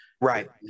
Right